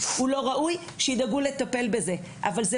הוא לא ראוי,